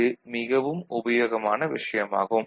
இது மிகவும் உபயோகமான விஷயம் ஆகும்